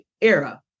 era